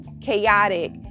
chaotic